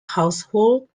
household